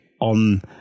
on